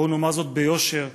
בואו נאמר זאת ביושר ובהגינות: